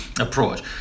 approach